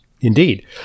Indeed